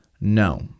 no